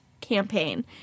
campaign